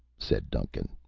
said duncan.